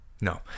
no